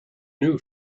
new